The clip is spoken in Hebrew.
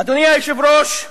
אדוני היושב-ראש,